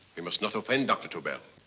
we must not offend dr. tobel.